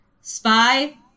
spy